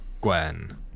Gwen